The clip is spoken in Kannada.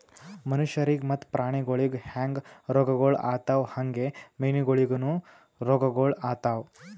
ಮನುಷ್ಯರಿಗ್ ಮತ್ತ ಪ್ರಾಣಿಗೊಳಿಗ್ ಹ್ಯಾಂಗ್ ರೋಗಗೊಳ್ ಆತವ್ ಹಂಗೆ ಮೀನುಗೊಳಿಗನು ರೋಗಗೊಳ್ ಆತವ್